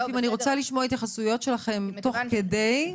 אני רוצה לשמוע את התייחסויות שלכם תוך כדי,